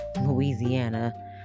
Louisiana